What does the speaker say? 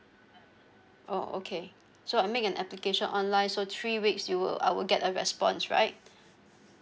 oh okay sure make an application online so three weeks you will I will get a response right